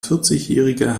vierzigjähriger